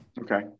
Okay